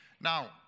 Now